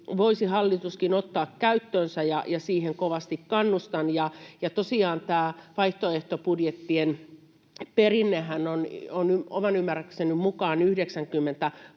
voisi hallituskin ottaa käyttöönsä, ja siihen kovasti kannustan. Ja tosiaan tämä vaihtoehtobudjettien perinnehän on oman ymmärrykseni mukaan 90-luvulla